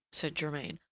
said germain,